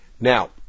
Now